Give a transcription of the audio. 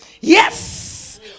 yes